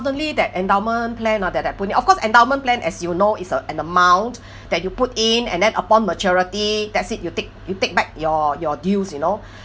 suddenly that endowment plan uh they they put me of course endowment plan as you know is uh an amount that you put in and then upon maturity that's it you take you take back your your deals you know